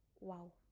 wow